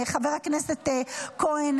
חבר הכנסת כהן,